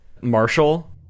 Marshall